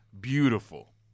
beautiful